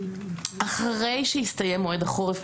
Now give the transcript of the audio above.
אחרי שהסתיים מועד החורף,